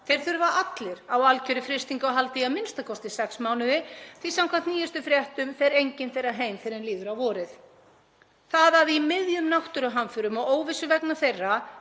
Þeir þurfa allir á algerri frystingu að halda í a.m.k. sex mánuði því samkvæmt nýjustu fréttum fer enginn þeirra heim fyrr en líður á vorið. Það að í miðjum náttúruhamförum og óvissu vegna þeirra